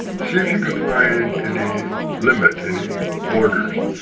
see if you can find any limit, any borders,